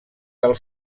del